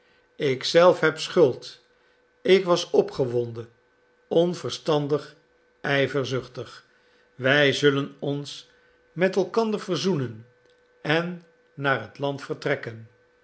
zelf heb schuld ik was opgewonden onverstandig ijverzuchtig wij zullen ons met elkander verzoenen en naar het land vertrekken